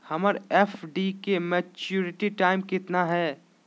हमर एफ.डी के maturity time कितना है?